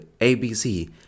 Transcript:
ABC